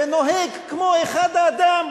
ונוהג כמו אחד האדם,